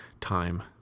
time